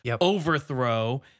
overthrow